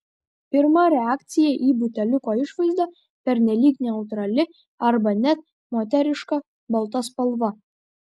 pirma reakcija į buteliuko išvaizdą pernelyg neutrali arba net moteriška balta spalva